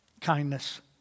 Kindness